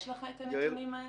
יש לך את הנתונים האלה?